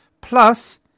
Plus